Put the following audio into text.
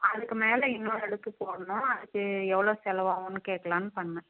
அதுக்கு மேலே இன்னொரு அடுக்கு போடணும் அதுக்கு எவ்வளோ செலவான்னு கேட்கலாம்னு பண்ணேன்